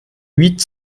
huit